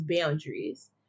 boundaries